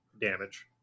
damage